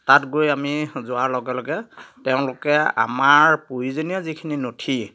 তাত গৈ আমি যোৱাৰ লগে লগে তেওঁলোকে আমাৰ প্ৰয়োজনীয় যিখিনি নথি